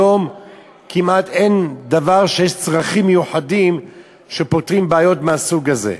היום כמעט אין פתרון של צרכים מיוחדים ובעיות מהסוג הזה.